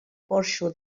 porxo